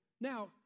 Now